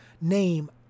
name